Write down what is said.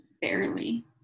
Barely